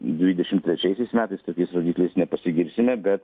dvidešimt trečiaisiais metais tokiais rodikliais nepasigirsime bet